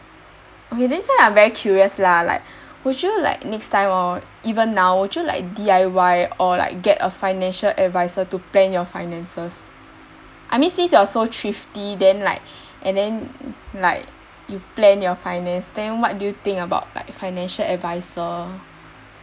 okay this one I'm very curious lah like would you like next time or even now would you like D_I_Y or like get a financial adviser to plan your finances I mean since you are so thrifty then like and then like you plan your finance then what do you think about like financial adviser